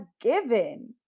given